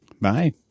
Bye